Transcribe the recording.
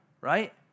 right